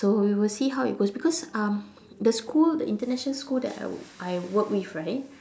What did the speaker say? so we will see how it goes because um the school the international school that I I work with right